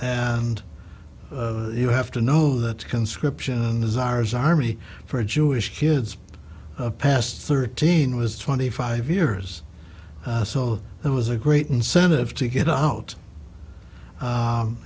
and you have to know that conscription desires army for a jewish kids past thirteen was twenty five years so that was a great incentive to get out